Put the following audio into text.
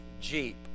Jeep